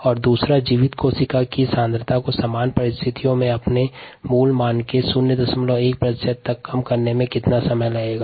और b जीवित कोशिका की सांद्रता को समान परिस्थितियों में अपने मूल मान के 01 प्रतिशत तक कम करने में कितना समय लगेगा